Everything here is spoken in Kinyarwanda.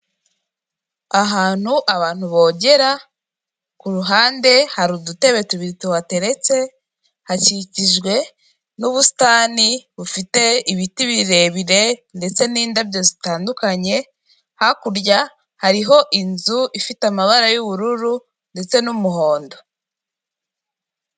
Ahantu abantu bogera, ku ruhande hari udutebe tubiri tuhateretse, hakikijwe n'ubusitani bufite ibiti birebire, ndetse n'indabyo zitandukanye, hakurya hariho inzu, ifite amabara y'ubururu ndetse n'umuhondo.